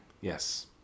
Yes